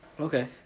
Okay